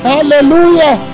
Hallelujah